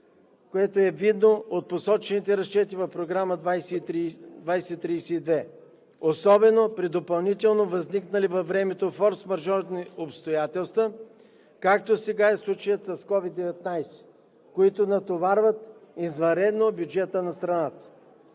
което е видно от посочените разчети в Програма 2032, особено при допълнително възникнали във времето форсмажорни обстоятелства, както сега е случаят с COVID-19, които натоварват извънредно бюджета на страната.